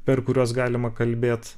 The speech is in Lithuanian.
per kuriuos galima kalbėt